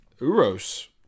Uros